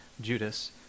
Judas